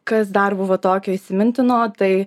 kas dar buvo tokio įsimintino tai